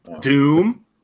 doom